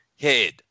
head